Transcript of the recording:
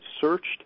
searched